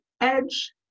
edge